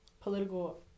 Political